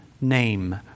name